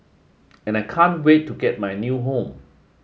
and I can't wait to get my new home